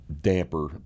damper